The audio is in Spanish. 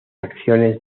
acciones